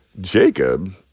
Jacob